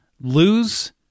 lose